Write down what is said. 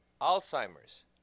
Alzheimer's